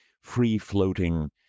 free-floating